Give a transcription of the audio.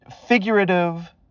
figurative